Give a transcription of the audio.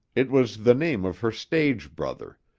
it was the name of her stage brother,